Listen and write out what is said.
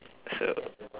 so